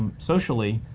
socially,